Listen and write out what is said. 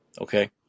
okay